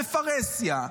בפרהסיה,